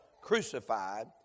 crucified